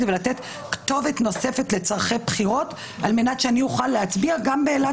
ולתת כתובת נוספת לצרכי בחירות כדי שאוכל להצביע גם באילת